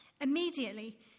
Immediately